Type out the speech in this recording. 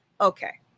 Okay